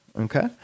Okay